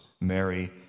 Mary